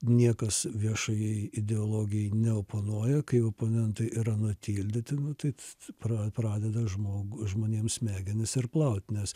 niekas viešajai ideologijai neoponuoja kai oponentai yra nutildyti nu tai pra pradeda žmogų žmonėms smegenis ar plauti nes